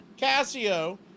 Casio